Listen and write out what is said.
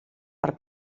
per